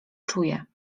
czuje